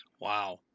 Wow